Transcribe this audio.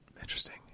interesting